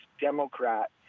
Democrat